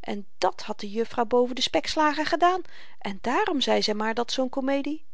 en dat had de juffrouw boven den spekslager gedaan en daarom zei zy maar dat zoo'n komedie